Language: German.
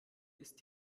ist